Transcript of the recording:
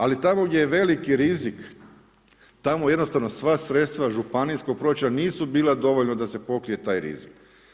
Ali tamo, gdje je veliki rizik, tamo jednostavno sva sredstva županijskog proračuna nisu bila dovoljna da se pokrije taj rizik.